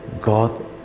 God